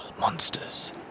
monsters